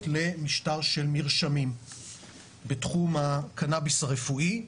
למשטר של מרשמים בתחום הקנאביס הרפואי.